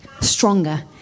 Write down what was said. stronger